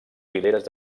fileres